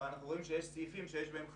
אבל אנחנו רואים שיש סעיפים שיש בהם חריגות,